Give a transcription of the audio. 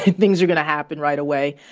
things are going to happen right away.